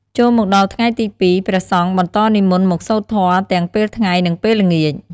ចូលមកដល់ថ្ងៃទី២ ព្រះសង្ឃបន្តនិមន្តមកសូត្រធម៌ទាំងពេលថ្ងៃ និងពេលល្ងាច។